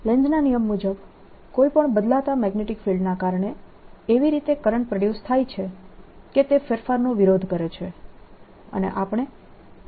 લેન્ઝના નિયમ મુજબ કોઈ પણ બદલાતા મેગ્નેટીક ફિલ્ડના કારણે એવી રીતે કરંટ પ્રોડ્યુસ થાય છે કે તે ફેરફારનો વિરોધ કરે છે